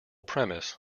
premise